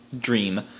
dream